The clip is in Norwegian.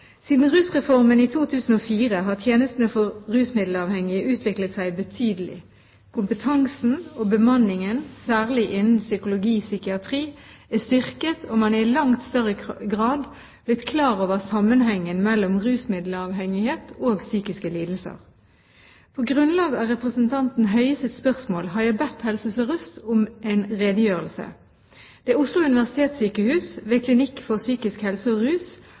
Siden rusreformen i 2004 har tjenestene for rusmiddelavhengige utviklet seg betydelig. Kompetansen og bemanningen, særlig innenfor psykologi/psykiatri, er styrket, og man er i langt større grad blitt klar over sammenhengen mellom rusmiddelavhengighet og psykiske lidelser. På grunnlag av representanten Høies spørsmål har jeg bedt Helse Sør-Øst om en redegjørelse. Det er Oslo universitetssykehus, ved Klinikk psykisk helse og avhengighet og Senter for rus